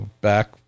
Back